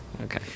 Okay